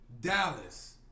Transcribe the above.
Dallas